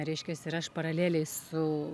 reiškias ir aš paraleliai su